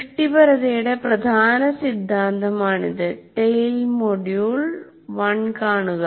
സൃഷ്ടിപരതയുടെ പ്രധാന സിദ്ധാന്തമാണിത് ടെയിൽ മൊഡ്യൂൾ 1 കാണുക